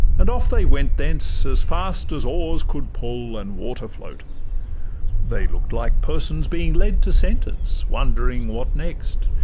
and off they went thence as fast as oars could pull and water float they look'd like persons being led to sentence, wondering what next,